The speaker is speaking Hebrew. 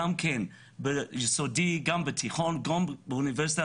לבית ספר יסודי ולתיכון וגם לאוניברסיטה